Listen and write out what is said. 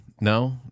no